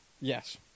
Yes